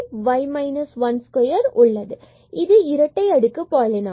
எனவே இதுவே இரட்டை அடுக்கு பாலினாமியல்